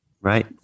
Right